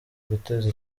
guteza